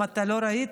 אם לא ראית,